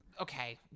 Okay